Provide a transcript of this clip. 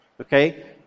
okay